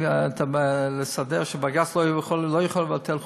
לסדר שבג"ץ לא יכול לבטל חוקים.